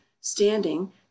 standing